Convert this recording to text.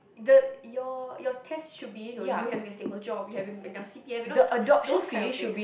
the your your test should be it or you having a stable job you have enough C_P_F you know those kind of things